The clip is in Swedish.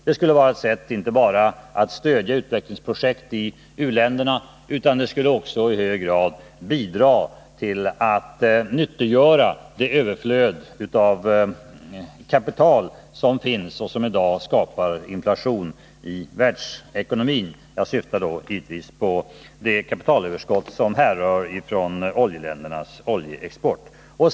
Det skulle inte bara stödja utvecklingsprojekt i u-länderna utan också i hög grad bidra till att nyttiggöra det överflöd av kapital som finns och som i dag skapar inflation i världsekonomin. Jag syftar givetvis på det kapitalöverskott som härrör från oljeländernas oljeexport.